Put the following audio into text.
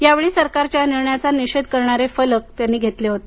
या वेळी सरकारच्या या निर्णयाचा निषेध करणारे फलक त्यांनी घेतले होते